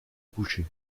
coucher